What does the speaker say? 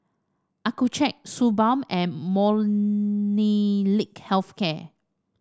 Accucheck Suu Balm and Molnylcke Health Care